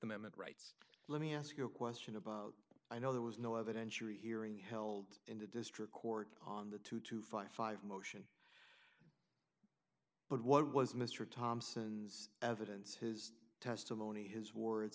amendment rights let me ask you a question about i know there was no evidentiary hearing held in the district court on the two to fifty five motion but what was mr thompson's evidence his testimony his words